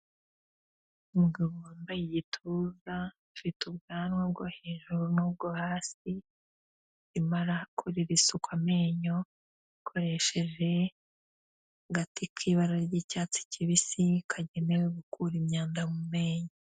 Umugabo wambaye igituza afite ubwanwa bwo hejuru n'ubwo hasi, arimo arakorera isuku amenyo akoresheje agati k'ibara ry'icyatsi kibisi kagenewe gukura imyanda mu menyo.